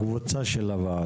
וגם על הקבוצה של הוועדה.